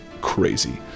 crazy